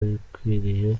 birakwiriye